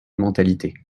mentalités